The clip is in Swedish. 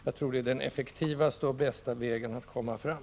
Jag tror det är den effektivaste och bästa vägen att komma fram.